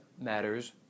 matters